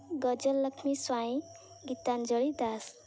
Gajalakshmi Swain Gitanjali Das